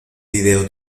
video